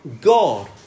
God